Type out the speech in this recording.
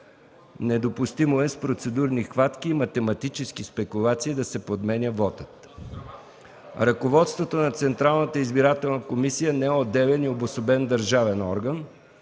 Недопустимо е с процедурни хватки и математически спекулации да се подменя вотът. Ръководството на ЦИК не е отделен и обособен държавен орган.